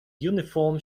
uniform